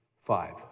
five